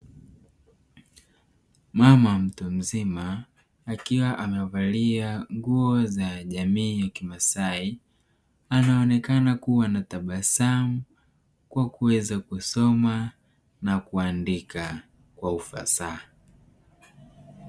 Mama mtu mzima akiwa amevalia nguo za jamii ya kimasai, anaonekana kuwa na tabasamu kwa kuweza kusoma na kuandika kwa ufasaha.